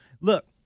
Look